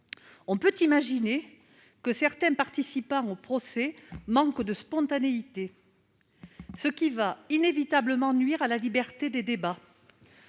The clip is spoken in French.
On peut imaginer que certains participants au procès manquent de spontanéité, ce qui va inévitablement nuire à la liberté des débats.